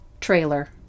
trailer